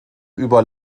über